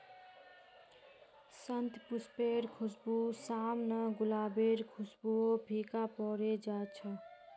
शतपुष्पेर खुशबूर साम न गुलाबेर खुशबूओ फीका पोरे जा छ